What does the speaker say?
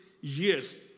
years